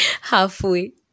Halfway